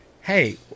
Hey